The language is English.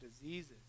diseases